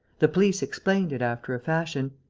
the police explained it, after a fashion.